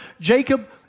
Jacob